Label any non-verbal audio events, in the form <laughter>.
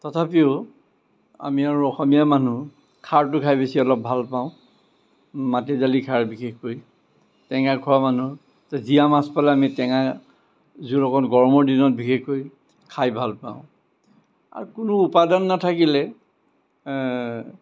তথাপিও আমি আৰু অসমীয়া মানুহ খাৰটো খাই বেছি অলপ ভালপাওঁ মাটিদালি খাৰ বিশেষকৈ টেঙা খোৱা মানুহ <unintelligible> জীয়া মাছ পালে আমি টেঙা জোল অকণ গৰমৰ দিনত বিশেষকৈ খাই ভালপাওঁ আৰু কোনো উপাদান নাথাকিলে